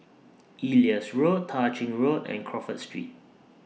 Elias Road Tah Ching Road and Crawford Street